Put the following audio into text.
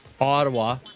Ottawa